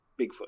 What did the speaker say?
Bigfoot